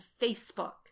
Facebook